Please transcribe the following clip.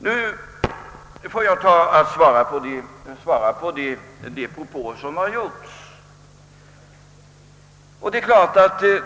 Jag övergår nu till att svara på de propåer som har gjorts.